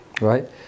Right